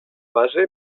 base